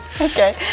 Okay